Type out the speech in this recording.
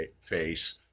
face